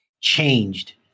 changed